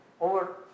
over